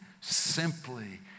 simply